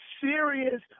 serious